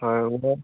হয়